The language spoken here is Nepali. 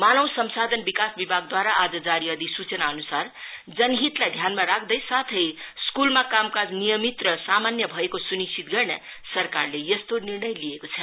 मानव संसाधन विकास विभागन्नदुवारा आज जारी अधिसुचनाअनुसार जनहितलाई ध्यानमा राख्दै साथै स्कूलमा कामकाज नियमित र सामान्य भएको सुनिश्चित गर्न सरकारले यस्तो निर्णय लिएको छ